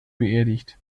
beerdigt